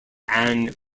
ann